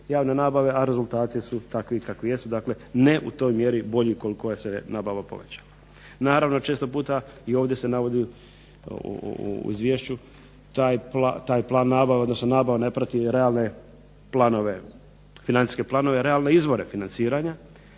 javne nabave, a rezultati su takvi kakvi jesu, ne u toj mjeri bolji ukoliko se nabava povećala. Naravno često puta i ovdje se navodi u izvješću taj plan nabave, odnosno nabave ne prati realne financijske izvore financiranja,